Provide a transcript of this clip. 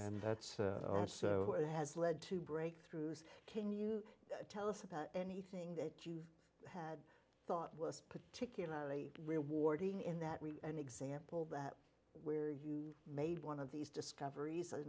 and that's also it has lead to breakthroughs can you tell us about anything that you've had thought was particularly rewarding in that an example that where you made one of these discoveries